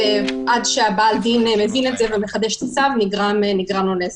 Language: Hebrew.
ועד שבעל הדין מבין את זה ומחדש את הצו נגרם לו נזק.